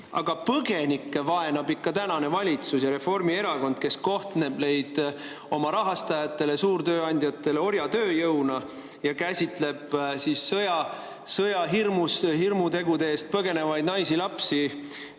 Aga põgenikke vaenab ikka tänane valitsus ja Reformierakond, kes kohtleb neid oma rahastajate, suurtööandjate orjatööjõuna ja käsitleb sõja hirmus, hirmutegude eest põgenevaid naisi-lapsi